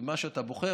ומה שאתה בוחר,